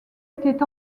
était